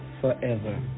forever